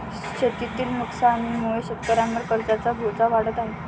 शेतीतील नुकसानीमुळे शेतकऱ्यांवर कर्जाचा बोजा वाढत आहे